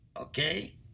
Okay